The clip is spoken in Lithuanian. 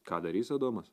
ką darys adomas